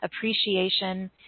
appreciation